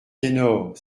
ténor